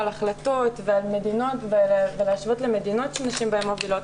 על החלטות ועל מדינות ולהשוות למדינות שנשים בהן מובילות,